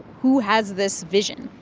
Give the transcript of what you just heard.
who has this vision?